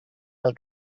del